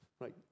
right